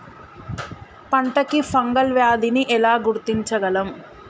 పంట కి ఫంగల్ వ్యాధి ని ఎలా గుర్తించగలం?